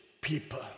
people